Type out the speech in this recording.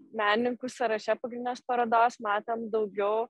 menininkų sąraše pagrindinės parodos matėm daugiau